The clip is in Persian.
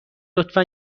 لطفا